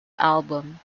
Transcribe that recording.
album